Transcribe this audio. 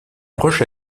proche